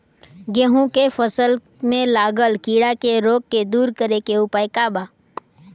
गेहूँ के फसल में लागल कीड़ा के रोग के दूर करे के उपाय का बा?